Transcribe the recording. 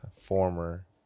Former